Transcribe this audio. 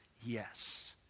yes